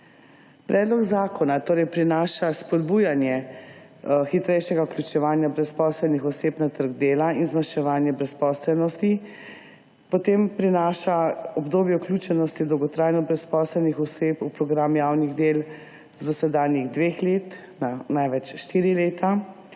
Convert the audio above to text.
Predlog zakona torej prinaša spodbujanje hitrejšega vključevanja brezposelnih oseb na trg dela in zmanjševanje brezposelnosti. Potem prinaša obdobje vključenosti dolgotrajno brezposelnih oseb program javnih del z dosedanjih dveh let na največ štiri leta.